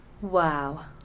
wow